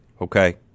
okay